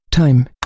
Time